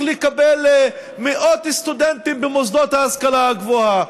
לקבל מאות סטודנטים במוסדות ההשכלה הגבוהה,